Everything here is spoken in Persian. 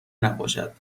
نباشد